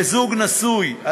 לזוג נשוי,